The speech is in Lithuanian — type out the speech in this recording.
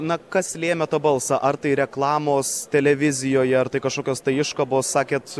na kas lėmė tą balsą ar tai reklamos televizijoje ar tai kažkokios tai iškabos sakėt